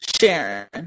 Sharon